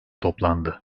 toplandı